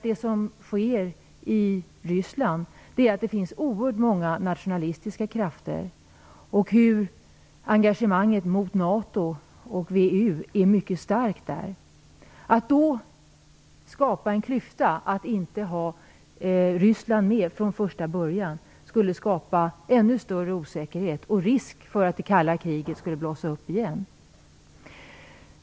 Vi menar att det i Ryssland finns oerhört många nationalistiska krafter, och engagemanget mot NATO och VEU är mycket starkt där. Att då inte ha Ryssland med från första början skulle skapa en klyfta; det skulle skapa ännu större osäkerhet och risk för att det kalla kriget skall blossa upp igen.